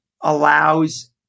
allows